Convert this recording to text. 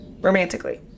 romantically